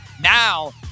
Now